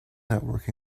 network